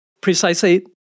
precisely